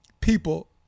people